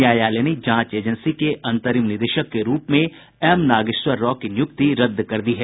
न्यायालय ने जांच एजेन्सी के अंतरिम अध्यक्ष के रूप में एम नागेश्वर राव की नियुक्ति रद्द कर दी है